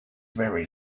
very